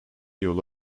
yolu